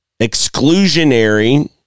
Exclusionary